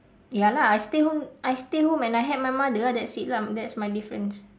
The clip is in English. ya lah I stay home I stay home and I help my mother ha that's it lah that's my difference